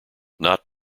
not